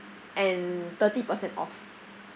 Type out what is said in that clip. and thirty percent off